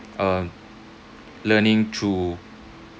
um learning through